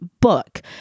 book